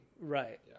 Right